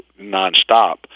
nonstop